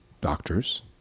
doctors